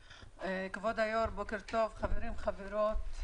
כבוד היו"ר, בוקר טוב, חברים וחברות.